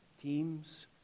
teams